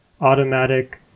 automatic